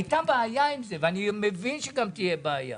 הייתה בעיה עם זה ואני מבין שגם תהיה בעיה.